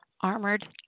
Armored